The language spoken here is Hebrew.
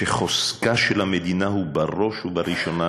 שחוזקה של המדינה הוא בראש ובראשונה,